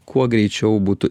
kuo greičiau būtų